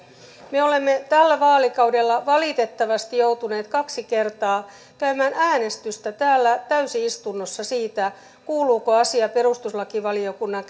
me olemme tällä vaalikaudella valitettavasti joutuneet kaksi kertaa käymään äänestystä täällä täysistunnossa siitä kuuluuko asia perustuslakivaliokunnan